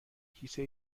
کیسه